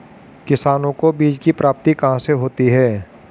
किसानों को बीज की प्राप्ति कहाँ से होती है?